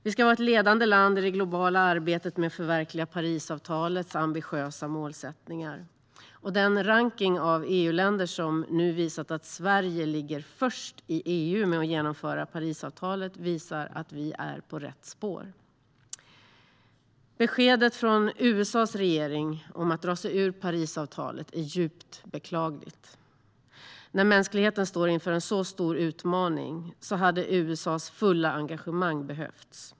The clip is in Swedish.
Vi ska vara ett ledande land i det globala arbetet med att förverkliga Parisavtalets ambitiösa målsättningar, och den rankning av EU-länder som nu visat att Sverige ligger först i EU med att genomföra Parisavtalet visar att vi är på rätt spår. Beskedet från USA:s regering om att dra sig ur Parisavtalet är djupt beklagligt. När mänskligheten står inför en så stor utmaning hade USA:s fulla engagemang behövts.